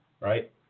Right